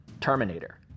Terminator